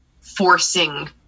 forcing